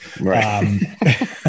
Right